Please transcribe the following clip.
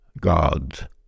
God